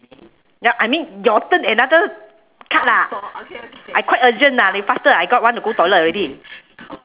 ya I mean your turn another card lah I quite urgent lah 你 faster ah I got want to go toilet already